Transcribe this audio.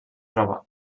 troba